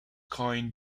coined